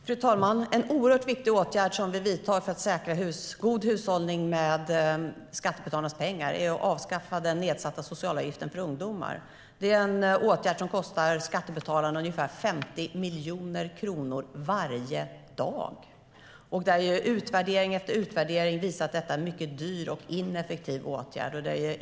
Fru talman! En oerhört viktig åtgärd som vi vidtar för att säkra god hushållning med skattebetalarnas pengar är att avskaffa den nedsatta socialavgiften för ungdomar. Det är en åtgärd som kostar skattebetalarna ungefär 50 miljoner kronor varje dag och som utvärdering efter utvärdering har visat är en mycket dyr och ineffektiv åtgärd.